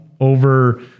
over